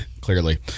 Clearly